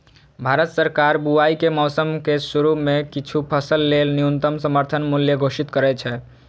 भारत सरकार बुआइ के मौसम के शुरू मे किछु फसल लेल न्यूनतम समर्थन मूल्य घोषित करै छै